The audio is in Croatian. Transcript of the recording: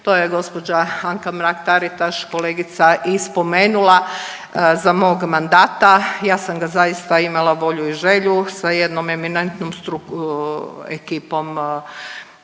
to je gđa. Anka Mrak-Taritaš, kolegica i spomenula za mog mandata, ja sam ga zaista imala volju i želju sa jednom eminentnom stru…,